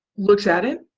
looks at it.